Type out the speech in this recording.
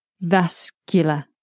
Vascular